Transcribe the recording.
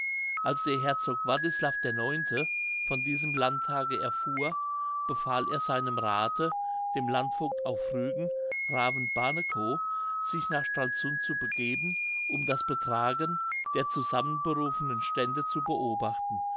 als der herzog wartislav ix von diesem landtage erfuhr befahl er seinem rathe dem landvogt auf rügen raven barnekow sich nach stralsund zu begeben um das betragen der zusammenberufenen stände zu beobachten